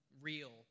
real